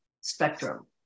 spectrum